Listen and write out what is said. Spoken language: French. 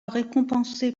récompensé